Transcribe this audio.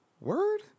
word